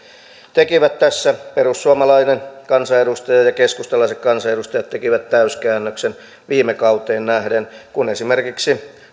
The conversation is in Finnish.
perussuomalainen kansanedustaja ja keskustalaiset kansanedustajat tekivät tässä täyskäännöksen viime kauteen nähden kun esimerkiksi